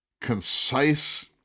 concise